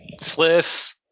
Sliss